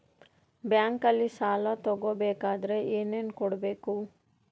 ಬ್ಯಾಂಕಲ್ಲಿ ಸಾಲ ತಗೋ ಬೇಕಾದರೆ ಏನೇನು ಕೊಡಬೇಕು?